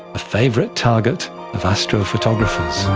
a favourite target of astrophotographers.